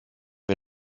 wir